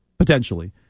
Potentially